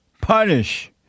Punish